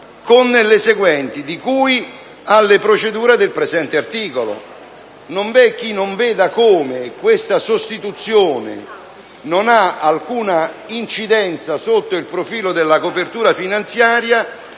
con le seguenti: "di cui alle procedure del presente articolo"». Non vi è chi non veda come questa sostituzione non ha alcuna nessuna incidenza sotto il profilo della copertura finanziaria